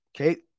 Okay